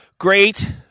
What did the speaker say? Great